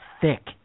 thick